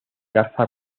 garza